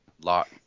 lot